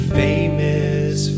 famous